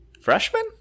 freshman